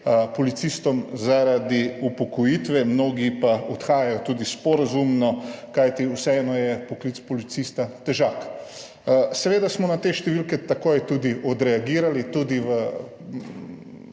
policistom zaradi upokojitve, mnogi pa odhajajo tudi sporazumno, kajti vseeno je poklic policista težak. Seveda smo na te številke takoj odreagirali, tudi v